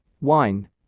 wine